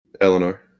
Eleanor